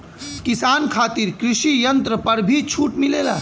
किसान खातिर कृषि यंत्र पर भी छूट मिलेला?